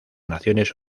naciones